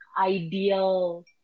ideal